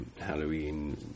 Halloween